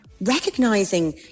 recognizing